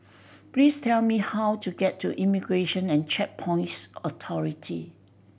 please tell me how to get to Immigration and Checkpoints Authority